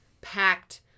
packed